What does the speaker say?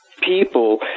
people